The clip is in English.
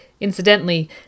Incidentally